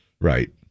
Right